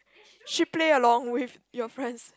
should play along with your friends